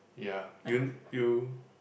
ya you kn~ you